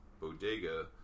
bodega